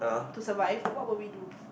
to survive what will we do